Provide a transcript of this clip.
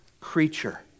creature